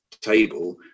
table